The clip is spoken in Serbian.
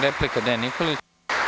Replika, Dejan Nikolić.